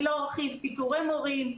אני לא ארחיב, פיטורי מורים.